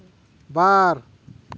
ᱵᱟᱨ